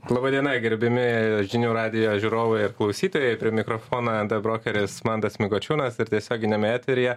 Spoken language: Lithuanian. laba diena gerbiami žinių radijo žiūrovai ir klausytojai prie mikrofoną nt brokeris mantas mikočiūnas ir tiesioginiame eteryje